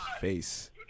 face